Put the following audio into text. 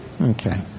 Okay